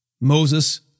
Moses